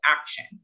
action